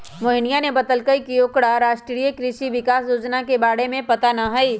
मोहिनीया ने बतल कई की ओकरा राष्ट्रीय कृषि विकास योजना के बारे में पता ना हई